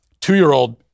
two-year-old